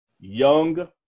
young